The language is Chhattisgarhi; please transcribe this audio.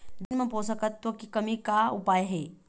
जमीन म पोषकतत्व के कमी का उपाय हे?